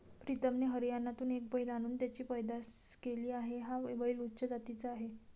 प्रीतमने हरियाणातून एक बैल आणून त्याची पैदास केली आहे, हा बैल उच्च जातीचा आहे